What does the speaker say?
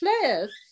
players